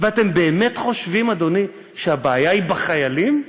ואתם באמת חושבים, אדוני, שהבעיה היא בחיילים?